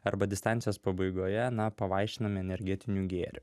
arba distancijos pabaigoje na pavaišiname energetiniu gėrimu